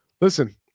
Listen